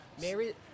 Mary